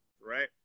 right